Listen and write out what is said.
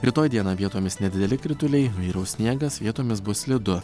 rytoj dieną vietomis nedideli krituliai vyraus sniegas vietomis bus slidu